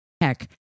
Heck